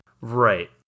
Right